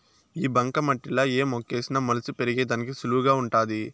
ఈ బంక మట్టిలా ఏ మొక్కేసిన మొలిసి పెరిగేదానికి సులువుగా వుంటాది